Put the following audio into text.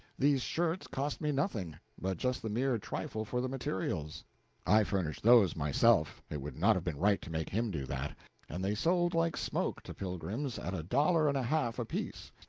these shirts cost me nothing but just the mere trifle for the materials i furnished those myself, it would not have been right to make him do that and they sold like smoke to pilgrims at a dollar and a half apiece,